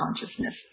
consciousness